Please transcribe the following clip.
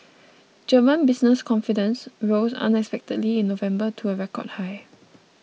German business confidence rose unexpectedly in November to a record high